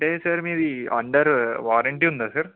అంటే సార్ మీది under warranty ఉందా సార్